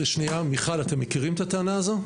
מיכל, אתם מכירים את הטענה הזאת?